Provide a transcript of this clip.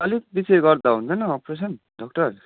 अलिक पिछे गर्दा हुँदैन अप्रेसन डक्टर